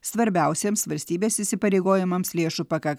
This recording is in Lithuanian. svarbiausiems valstybės įsipareigojimams lėšų pakaks